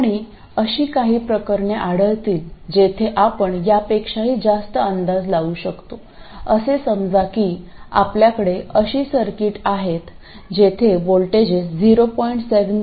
आणि अशी काही प्रकरणे आढळतील जिथे आपण यापेक्षाही जास्त अंदाज लावू शकतो असे समजा की आपल्याकडे अशी सर्किट आहेत जिथे व्होल्टेजेस ०